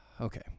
Okay